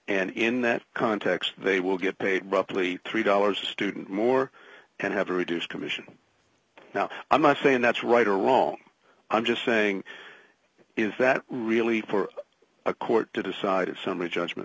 and in that context they will get paid roughly three dollars a student more and have a reduced commission now i'm not saying that's right or wrong i'm just saying is that really for a court to decide a summary judgment